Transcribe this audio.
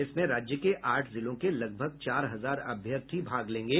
इसमें राज्य के आठ जिलों के लगभग चार हजार अभ्यर्थी भाग लेंगे